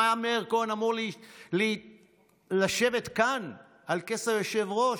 מאיר כהן היה אמור לשבת כאן על כס היושב-ראש,